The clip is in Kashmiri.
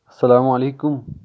السلام علیکُم